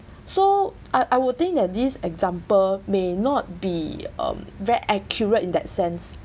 so I I would think that this example may not be um very accurate in that sense